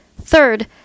Third